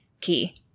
key